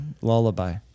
lullaby